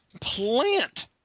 Plant